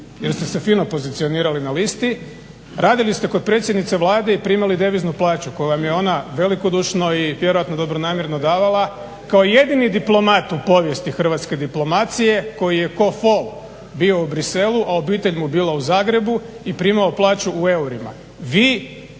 jer ste se fino pozicionirali na listi, radili ste kod predsjednice Vlade i primali deviznu plaću koju vam je ona velikodušno i vjerojatno dobronamjerno davala kao jedini diplomat u povijesti hrvatske diplomacije koji je kao fol bio u Bruxellesu, a obitelj mu bila u Zagrebu i primao plaću u eurima.